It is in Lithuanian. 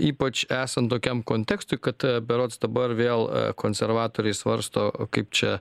ypač esant tokiam kontekstui kad berods dabar vėl konservatoriai svarsto kaip čia